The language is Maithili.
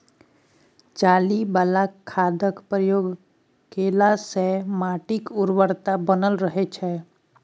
चाली बला खादक प्रयोग केलासँ माटिक उर्वरता बनल रहय छै